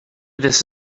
this